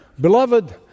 Beloved